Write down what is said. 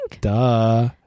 Duh